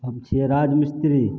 हम छिए राजमिस्त्री